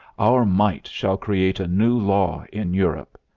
our might shall create a new law in europe.